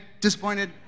Disappointed